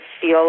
feel